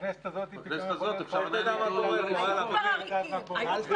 בכנסת הזאת פתאום יכולה להיות לך עוד סיעה.